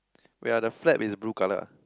where are the flag is blue colour ah